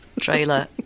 trailer